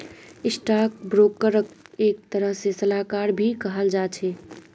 stock ब्रोकरक एक तरह से सलाहकार भी कहाल जा छे